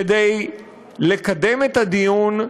כדי לקדם את הדיון,